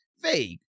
vague